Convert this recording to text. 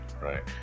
right